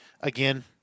Again